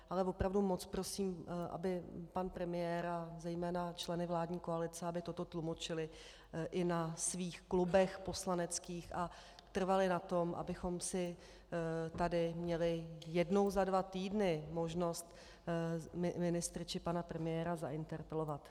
Ale opravdu moc prosím, aby pan premiér a zejména členy vládní koalice, aby toto tlumočili i na svých poslaneckých klubech a trvali na tom, abychom si tady měli jednou za dva týdny možnost ministry či pana premiéra zainterpelovat.